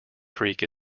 creek